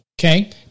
okay